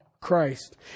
Christ